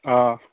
ᱚᱸᱻ